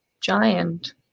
giant